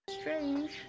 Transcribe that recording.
strange